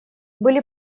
были